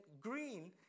green